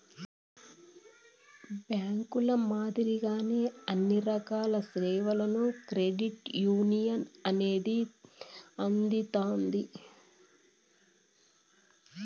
బ్యాంకుల మాదిరిగానే అన్ని రకాల సేవలను క్రెడిట్ యునియన్ అనేది అందిత్తాది